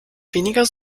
weniger